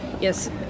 Yes